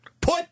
Put